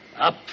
up